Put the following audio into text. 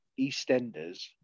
EastEnders